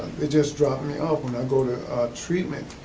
they just drop me off. when i go to treatment,